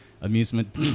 Amusement